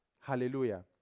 Hallelujah